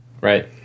Right